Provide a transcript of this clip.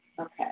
Okay